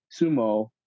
sumo